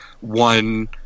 one